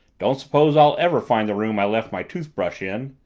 don't suppose i'll ever find the room i left my toothbrush in!